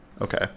okay